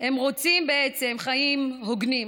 הם רוצים בעצם חיים הוגנים,